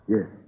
Yes